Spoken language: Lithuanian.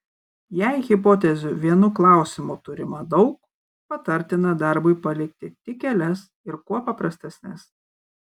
jei hipotezių vienu klausimu turima daug patartina darbui palikti tik kelias ir kuo paprastesnes